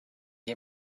get